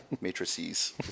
Matrices